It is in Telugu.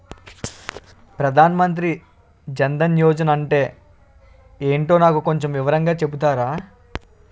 ప్రధాన్ మంత్రి జన్ దన్ యోజన అంటే ఏంటో నాకు కొంచెం వివరంగా చెపుతారా?